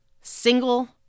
single